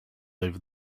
over